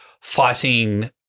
fighting